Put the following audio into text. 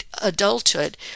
adulthood